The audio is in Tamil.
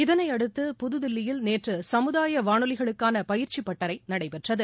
இதனையடுத்து புதுதில்லியில் நேற்றுசமுதாயவானொலிகளுக்கானபயிற்சிபட்டறைநடைபெற்றது